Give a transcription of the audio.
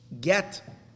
get